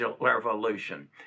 revolution